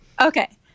Okay